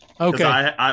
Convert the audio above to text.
okay